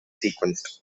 sequenced